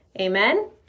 Amen